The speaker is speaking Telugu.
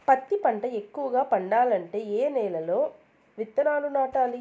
పత్తి పంట ఎక్కువగా పండాలంటే ఏ నెల లో విత్తనాలు నాటాలి?